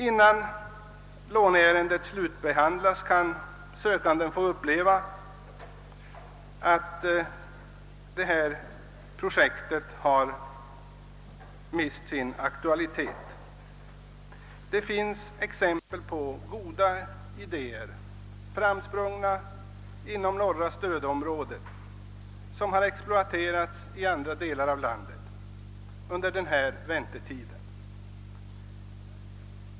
Innan låneärendet slutbehandlas kan sökanden emellertid få uppleva att projektet mist sin aktualitet. Det finns exempel på goda idéer, framsprungna inom norra stödområdet, som har exploaterats i andra delar av landet under denna väntetid.